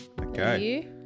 Okay